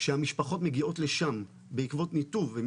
שהמשפחות מגיעות לשם, בעקבות ניתוב.